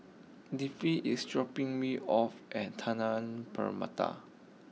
Leafy is dropping me off at Permata